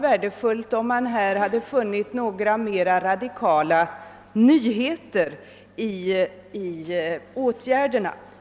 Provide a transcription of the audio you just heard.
Ännu värdefullare skulle jag emellertid ha ansett svaret vara om däri kunnat redovisats några mer radikala nyheter i fråga om åtgärder.